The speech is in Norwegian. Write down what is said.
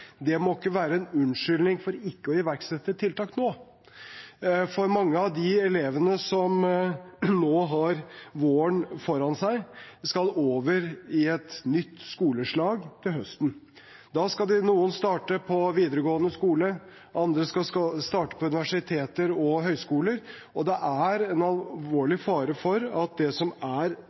må ikke være en unnskyldning for ikke å iverksette tiltak nå, for mange av de elevene som nå har våren foran seg, skal over i et nytt skoleslag til høsten. Da skal noen starte på videregående skole, andre skal starte på universitet eller høyskole, og det er en alvorlig fare for at det som er